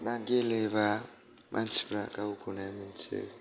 दा गेलेबा मानसिफोरा गावखोनो मिथियो